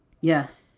Yes